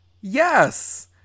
Yes